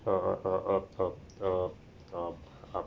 err um uh